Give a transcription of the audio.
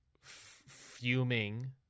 fuming